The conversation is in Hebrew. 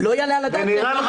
מי נגד, ירים את